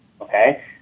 okay